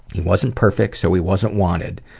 he wasn't perfect, so he wasn't wanted.